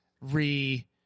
re –